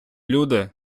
люди